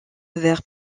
vers